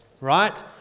right